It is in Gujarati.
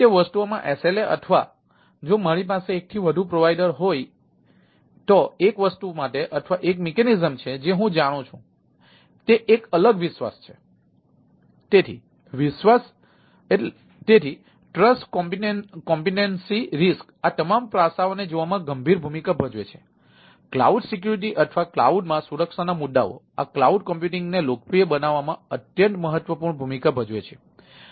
વસ્તુઓમાં SLA કેવી રીતે કામ કરે છે અથવા જો મારી પાસે વસ્તુઓ માટે એકથી વધુ પ્રદાતાઓ હોય તો ત્યાં કોઈ સંભાવના અથવા વ્યવસ્થા છે કે જે હું જાણી શકું છું